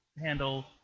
handle